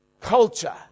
culture